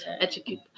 educate